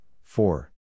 four